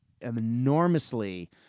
enormously